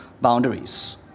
boundaries